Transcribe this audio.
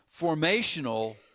formational